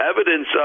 evidence